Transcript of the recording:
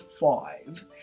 five